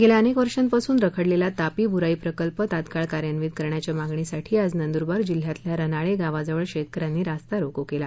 गेल्या अनेक वर्षांपासुन रखडलेला तापी बुराई प्रकल्प तात्काळ कार्यन्वीत करण्याच्या मागणीसाठी आज नंदुरबार जिल्ह्यातल्या रनाळे गावाजवळ शेतकऱयांनी रास्तारोको केला